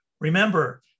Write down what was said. remember